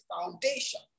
foundation